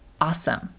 awesome